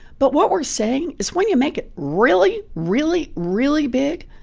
but what we're saying is when you make it really, really, really big,